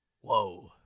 Whoa